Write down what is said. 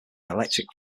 electric